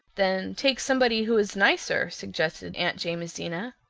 then take somebody who is nicer suggested aunt jamesina.